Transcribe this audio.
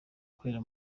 ukorera